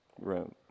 room